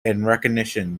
recognition